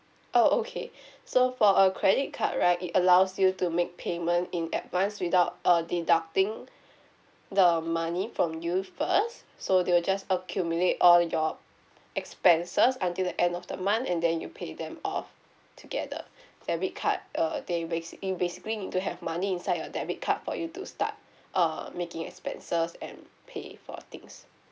oh okay so for a credit card right it allows you to make payment in advance without uh deducting the money from you first so they will just accumulate all your expenses until the end of the month and then you pay them off together debit card err they basic~ you basically need to have money inside a debit card for you to start uh making expenses and pay for things